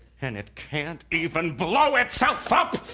and it can't even blow itself up?